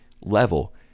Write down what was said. level